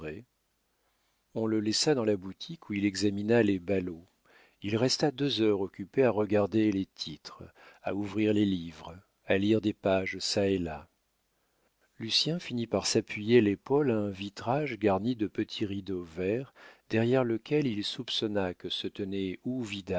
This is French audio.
on le laissa dans la boutique où il examina les ballots il resta deux heures occupé à regarder les titres à ouvrir les livres à lire des pages çà et là lucien finit par s'appuyer l'épaule à un vitrage garni de petits rideaux verts derrière lequel il soupçonna que se tenait